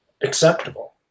acceptable